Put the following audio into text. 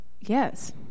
yes